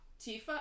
Tifa